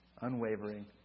unwavering